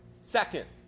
Second